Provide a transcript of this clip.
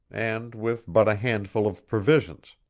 and with but a handful of provisions.